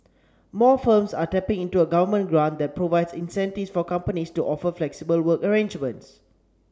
more firms are tapping into a Government grant that provides incentives for companies to offer flexible work arrangements